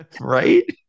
Right